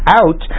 out